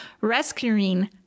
Rescuing